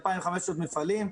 2,500 מפעלים,